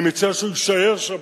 אני מציע שנישאר שם.